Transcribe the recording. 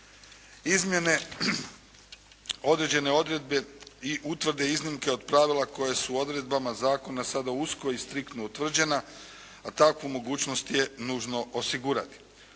Izmjene, određene odredbe i utvrde iznimke od pravila koje su odredbama Zakona sada usko i striktno utvrđena a takvu mogućnost je nužno osigurati.